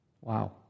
Wow